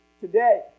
today